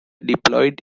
deployed